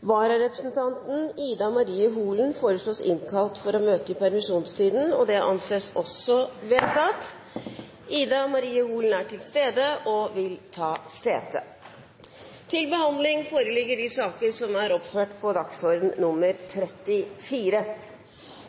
Vararepresentanten, Ida Marie Holen, innkalles for å møte i permisjonstiden. Ida Marie Holen er til stede og vil ta sete.